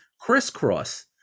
crisscross